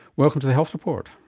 welcome to the health report.